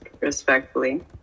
respectfully